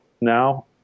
now